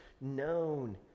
known